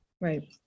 Right